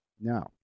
Now